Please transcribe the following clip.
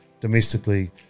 domestically